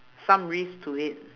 some risk to it